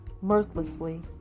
mirthlessly